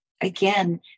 again